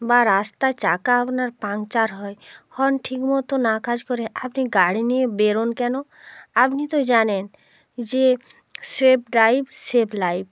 বা রাস্তার চাকা আপনার পাঞ্চার হয় হর্ন ঠিকমতো না কাজ করে আপনি গাড়ি নিয়ে বেরোন কেনো আপনি তো জানেন যে সেভ ড্রাইভ সেভ লাইফ